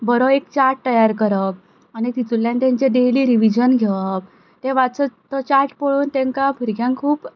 बरो एक चार्ट तयार करप आनी तितूंतल्यान तांचे डेली रिवीजन घेवप तें वाचत तो चाट पळोवन तांकां भुरग्यांक खूब